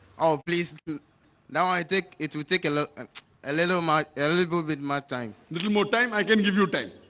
oh please now i take it we take a look and a little much a little bit my time little more time. i can give you time